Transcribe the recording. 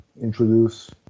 introduce